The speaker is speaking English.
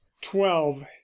twelve